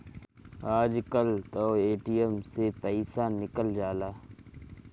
आजकल तअ ए.टी.एम से पइसा निकल जाला